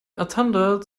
attended